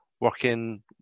working